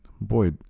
boy